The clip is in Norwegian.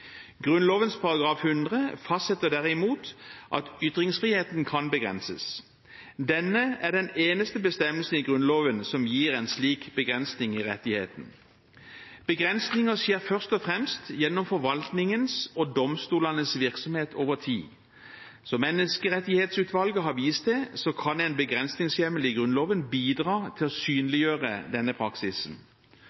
100 fastsetter derimot at ytringsfriheten kan begrenses. Denne er den eneste bestemmelsen i Grunnloven som gir en slik begrensing i rettighetene. Begrensninger skjer først og fremst gjennom forvaltningens og domstolenes virksomhet over tid. Som Menneskerettighetsutvalget har vist til, kan en begrensningshjemmel i Grunnloven bidra til å